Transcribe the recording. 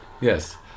Yes